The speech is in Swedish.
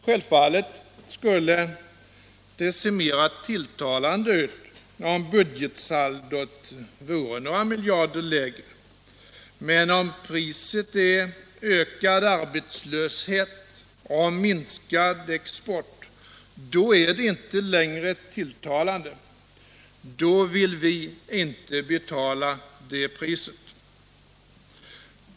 Det skulle självfallet se mera tilltalande ut om budgetsaldot vore några miljarder lägre, men om priset är ökad arbetslöshet och minskad export, då är det inte längre tilltalande och vi vill inte betala det priset.